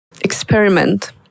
experiment